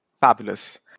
Fabulous